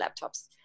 laptops